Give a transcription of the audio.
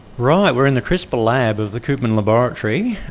right, we are in the crispr lab of the koopman laboratory,